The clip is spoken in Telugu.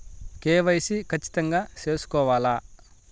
కె.వై.సి ఖచ్చితంగా సేసుకోవాలా